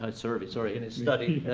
ah survey, sorry, in his study,